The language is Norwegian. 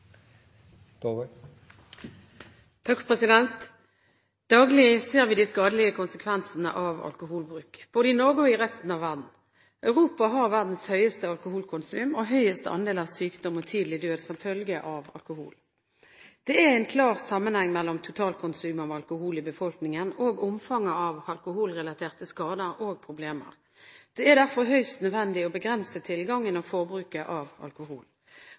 Daglig ser vi de skadelige konsekvensene av alkoholbruk – både i Norge og i resten av verden. Europa har verdens høyeste alkoholkonsum og høyest andel av sykdom og tidlig død som følge av alkohol. Det er en klar sammenheng mellom totalkonsum av alkohol i befolkningen og omfanget av alkoholrelaterte skader og problemer. Det er derfor høyst nødvendig å begrense tilgangen og forbruket av alkohol.